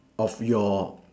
of your